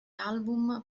album